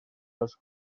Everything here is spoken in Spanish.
los